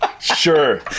Sure